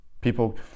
People